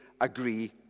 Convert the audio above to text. agree